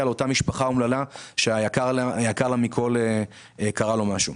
לאותה משפחה אומללה שליקר לה מכל קרה משהו.